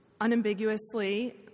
unambiguously